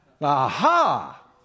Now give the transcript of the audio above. Aha